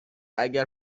اگر